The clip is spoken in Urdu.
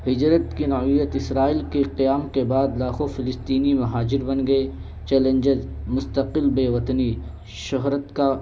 ہجرت کی نوعیت ایسرائل کے قیام کے بعد لاکھوں فلسطینی مہاجر بن گئے چیلنجز مستقل بےوطنی شہرت کا